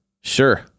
Sure